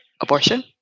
abortion